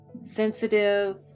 sensitive